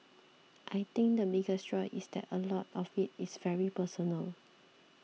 I think the biggest draw is that a lot of it is very personal